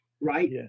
right